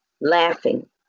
laughing